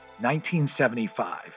1975